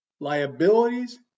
liabilities